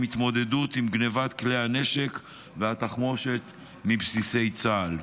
התמודדות עם גנבת כלי נשק ותחמושת מבסיסי צה"ל.